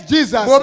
Jesus